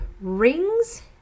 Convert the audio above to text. rings